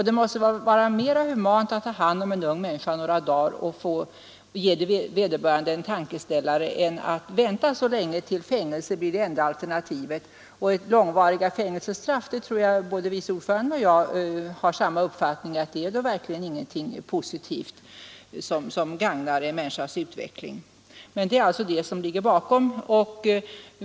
Det måste väl vara mera humant att ta hand om en ung människa några dagar och ge vederbörande en tankeställare, än att vänta tills fängelse blir det enda alternativet. Beträffande långvariga fängelsestraff tror jag att vice ordföranden och jag har samma uppfattning; det är verkligen ingenting positivt, ingenting som gagnar en människas utveckling. — Det är denna tanke som ligger bakom förslaget.